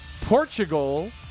Portugal